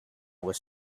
was